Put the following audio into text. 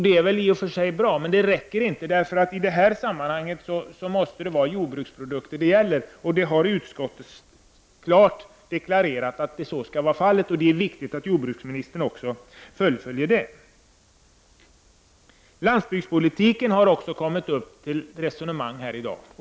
Det är väl i och för sig bra, men det räcker inte. I detta sammanhang måste det nämligen handla om jordbruksprodukter. Och utskottet har klart deklarerat att så skall vara fallet, och det är viktigt att jordbruksministern också fullföljer detta. Även landsbygdspolitiken har tagits upp till diskussion i dag.